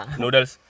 noodles